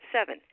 Seven